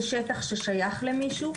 זה שטח ששייך למישהו,